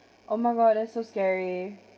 oh my god that's so scary